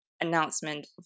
announcement